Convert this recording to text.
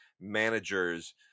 managers